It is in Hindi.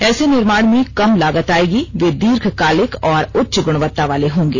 ऐसे निर्माण में कम लागत आयेगी वे दीर्घकालिक और उच्च ग्रणवत्ता वाले होंगे